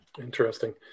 Interesting